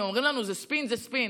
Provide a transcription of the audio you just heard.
הם אומרים לנו: זה ספין, זה ספין.